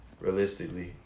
realistically